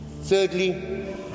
Thirdly